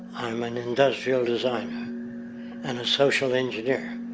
i'm an industrial designer and a social engineer.